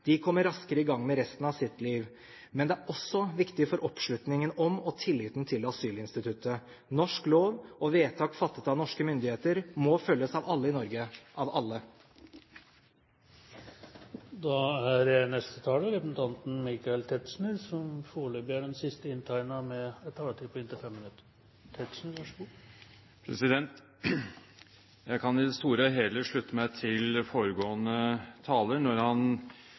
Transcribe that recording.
de kommer raskere i gang med resten av sitt liv. Men det er også viktig for oppslutningen om og tilliten til asylinstituttet. Norsk lov og vedtak fattet av norske myndigheter må følges av alle i Norge – av alle. Jeg kan i det store og hele slutte meg til foregående taler når han